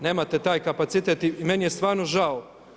Nemate taj kapacitet i meni je stvarno žao.